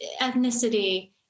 ethnicity